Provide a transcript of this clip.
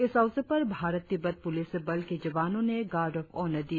इस अवसर पर भारत तिब्बत सीमा पुलिस बल के जवानों ने गार्ड ऑफ ऑनर दिया